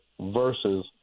Versus